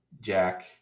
Jack